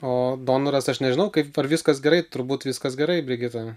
o donoras aš nežinau kaip viskas gerai turbūt viskas gerai brigita